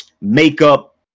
makeup